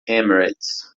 emirates